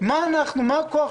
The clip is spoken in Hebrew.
בעיקר ביחס